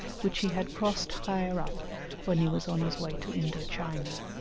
which he had crossed higher up when he was on his way to indo-china